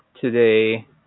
today